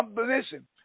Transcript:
Listen